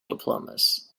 diplomas